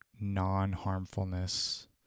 non-harmfulness